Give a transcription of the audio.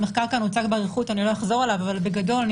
בגדול,